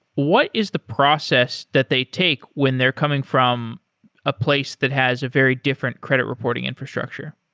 what is the process that they take when they're coming from a place that has a very different credit reporting infrastructure?